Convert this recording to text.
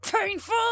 painful